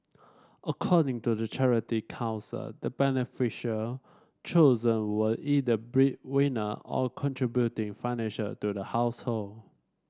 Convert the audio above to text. according to the Charity Council the beneficial chosen were either bread winner or contributing financial to the household